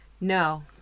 No